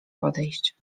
podejść